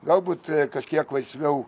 galbūt kažkiek laisviau